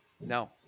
No